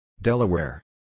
Delaware